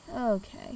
okay